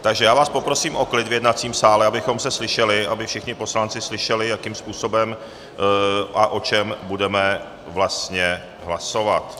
Takže já vás poprosím o klid v jednacím sále, abychom se slyšeli, aby všichni poslanci slyšeli, jakým způsobem a o čem budeme vlastně hlasovat.